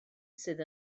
sydd